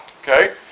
Okay